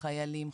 חיילים,